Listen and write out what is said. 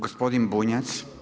Gospodin Bunjac.